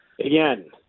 again